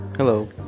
Hello